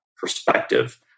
perspective